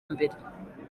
mbere